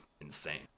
insane